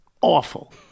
awful